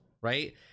right